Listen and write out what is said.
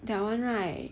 that [one] right